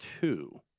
two